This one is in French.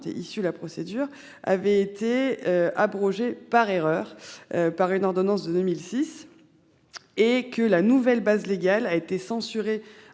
est issue la procédure avait été abrogée par erreur par une ordonnance de 2006. Et que la nouvelle base légale a été censuré